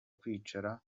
kwicara